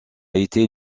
été